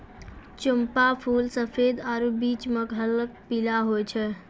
चंपा फूल सफेद आरु बीच मह हल्क पीला होय छै